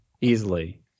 Easily